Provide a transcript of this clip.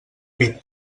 pit